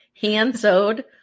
hand-sewed